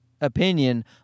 opinion